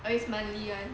I use monthly [one]